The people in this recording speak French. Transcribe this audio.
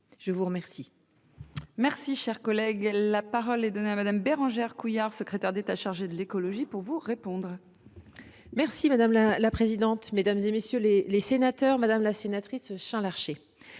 je vous remercie